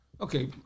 okay